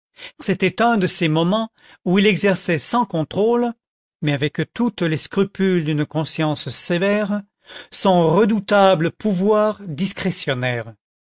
c'était un de ces moments où il exerçait sans contrôle mais avec tous les scrupules d'une conscience sévère son redoutable pouvoir discrétionnaire